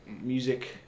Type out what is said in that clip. music